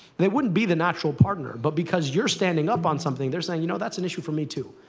they wouldn't be the natural partner. but because you're standing up on something, they're saying you know, that's an issue for me, too.